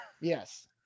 yes